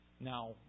Now